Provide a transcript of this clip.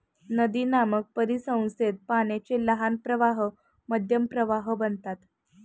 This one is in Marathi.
नदीनामक परिसंस्थेत पाण्याचे लहान प्रवाह मध्यम प्रवाह बनतात